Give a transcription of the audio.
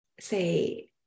say